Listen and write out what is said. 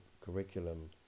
curriculum